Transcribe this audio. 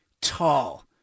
tall